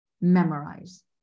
memorize